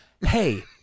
hey